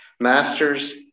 Masters